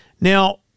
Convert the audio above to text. Now